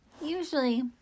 Usually